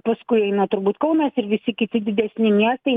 paskui eina turbūt kaunas ir visi kiti didesni miestai